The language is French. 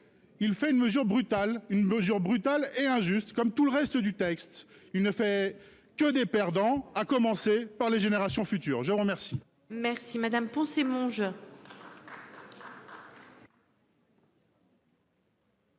brutale une mesure brutale et injuste. Comme tout le reste du texte, il ne fait que des perdants. À commencer par les générations futures. Je vous remercie.